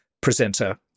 presenter